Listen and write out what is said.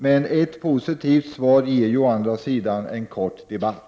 Men ett positivt svar ger ju å andra sidan en kort debatt.